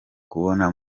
kubona